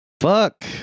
Fuck